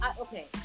okay